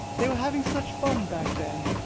they were having such fun back then.